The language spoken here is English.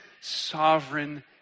sovereign